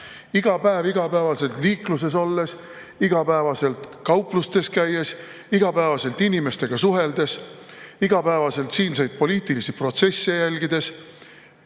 iga päev, igapäevaselt liikluses olles, igapäevaselt kauplustes käies, igapäevaselt inimestega suheldes, igapäevaselt siinseid poliitilisi protsesse jälgides: